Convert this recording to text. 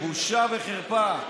בושה וחרפה.